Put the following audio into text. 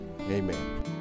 amen